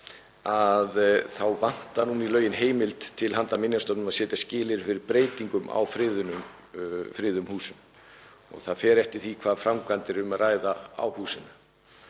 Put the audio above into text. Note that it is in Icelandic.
að það vantar núna í lögin heimild til handa Minjastofnun til að setja skilyrði fyrir breytingum á friðuðum húsum. Það fer eftir því hvaða framkvæmdir er um að ræða á húsinu.